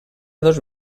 dos